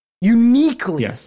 uniquely